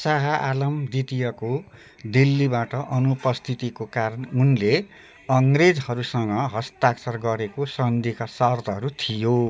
शाह आलम द्वितीयको दिल्लीबाट अनुपस्थितिको कारण उनले अङ्ग्रेजहरूसँग हस्ताक्षर गरेको सन्धिका सर्तहरू थियो